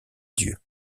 dieu